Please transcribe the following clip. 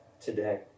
today